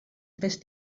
tres